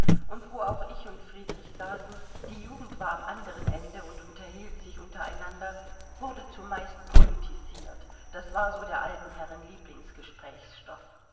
und wo auch ich und friedrich saßen die jugend war am anderen ende und unterhielt sich untereinander wurde zumeist politisiert das war so der alten herren